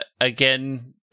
Again